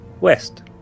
West